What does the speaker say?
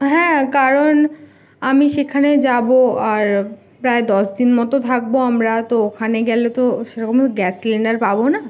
হ্যাঁ কারণ আমি সেখানে যাবো আর প্রায় দশ দিন মতো থাকবো আমরা তো ওখানে গেলে তো সেরকম গ্যাস সিলিন্ডার পাবো না